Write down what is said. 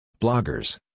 Bloggers